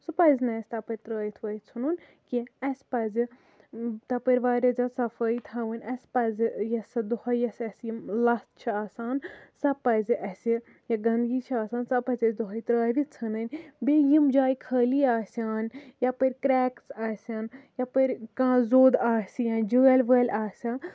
سُہ پَزِ نہٕ اَسہِ تَپٲرۍ ترٲوِتھ وٲوِتھ ژھنُن کیٚنہہ اَسہِ پَزِ تَپٲرۍ واریاہ زیادٕ صفٲیی تھاوٕنۍ اَسہِ پَزِ یہِ ہسا دۄہے یۄس اَسہِ یِم لژھ چھ آسان سۄ پَزِ اسہِ یہِ گِندگی چھِ آسان سۄ پَزِ اَسہِ دۄہے ترٲوِتھ ژھنٕنۍ بیٚیہِ یِم جایہِ خٲلی آسان یپٲرۍ کریکس آسن یَپٲرۍ کانہہ زوٚد آسہِ یا جٲلۍ وٲلۍ آسَن